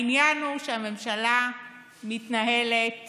העניין הוא שהממשלה מתנהלת